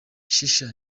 shisha